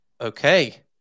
Okay